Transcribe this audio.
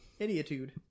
idiotude